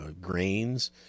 grains